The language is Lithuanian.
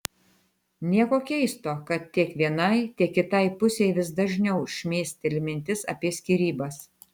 nieko keisto kad tiek vienai tiek kitai pusei vis dažniau šmėsteli mintis apie skyrybas